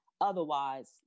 otherwise